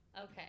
Okay